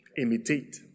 Imitate